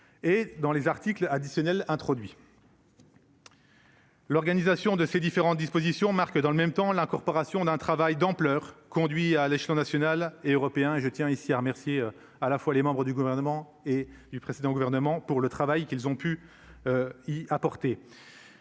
et dans les articles additionnels introduit. L'organisation de ces différentes dispositions marques dans le même temps l'incorporation d'un travail d'ampleur conduit à l'échelon national et européen et je tiens ici à remercier à la fois les membres du gouvernement et du précédent gouvernement pour le travail qu'ils ont pu y apporter